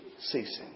ceasing